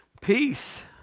Peace